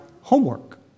homework